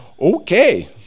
Okay